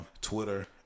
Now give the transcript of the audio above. twitter